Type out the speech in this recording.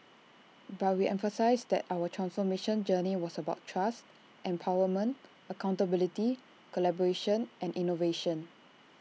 but we emphasised that our transformation journey was about trust empowerment accountability collaboration and innovation